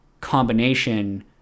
combination